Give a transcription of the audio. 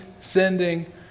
sending